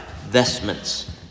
vestments